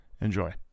Enjoy